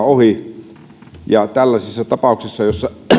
ohi tällaisissa tapauksissahan joissa